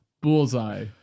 Bullseye